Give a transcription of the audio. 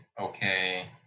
okay